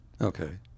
Okay